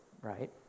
right